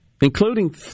including